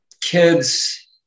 kids